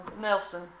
Nelson